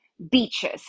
beaches